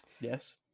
Yes